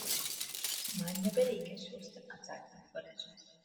man nebereikia siųsti atsakymų koledžams